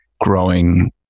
growing